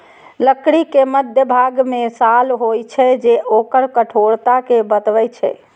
लकड़ी के मध्यभाग मे साल होइ छै, जे ओकर कठोरता कें बतबै छै